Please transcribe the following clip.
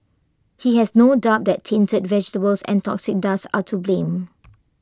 he has no doubt that tainted vegetables and toxic dust are to blame